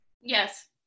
yes